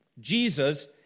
Jesus